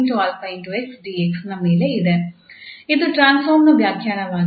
ಅದು ಟ್ರಾನ್ಸ್ಫಾರ್ಮ್ ನ ವ್ಯಾಖ್ಯಾನವಾಗಿದೆ